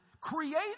created